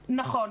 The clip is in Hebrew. נכון.